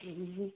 जी जी